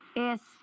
Yes